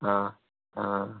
हाँ हाँ